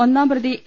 ഒന്നാം പ്രതി എ